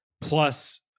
plus